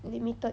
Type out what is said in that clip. limited